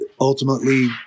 ultimately